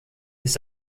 ist